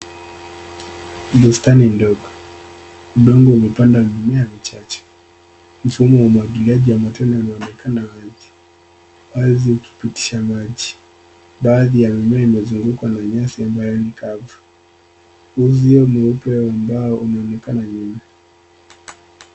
Ni bustani ndogo. Udongo umepanda mimea michache. Mfumo wa umwagiliaji wa matunda unaonekana wazi ikipitisha maji. Baadhi ya mimea imezungukwa na nyasi ambayo ni kavu. Uzio mweupe wa mbao unaonekana nyuma.